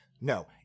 no